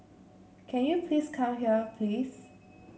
can you please come here please